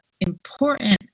important